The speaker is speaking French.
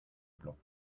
blancs